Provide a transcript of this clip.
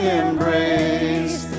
embrace